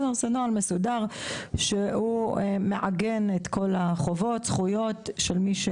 זה נוהל מסודר שהוא מעגן את כל החובות והזכויות של מי שילדה.